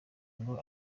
ngo